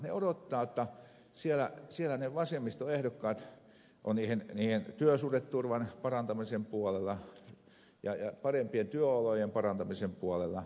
ne odottavat jotta siellä ne vasemmiston ehdokkaat ovat työsuhdeturvan parantamisen puolella ja parempien työolojen parantamisen puolella